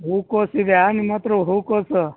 ಹೂಕೋಸು ಇದೆಯಾ ನಿನ್ನ ಹತ್ತಿರ ಹೂಕೋಸು